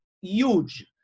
huge